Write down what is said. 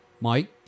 Mike